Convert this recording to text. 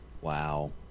Wow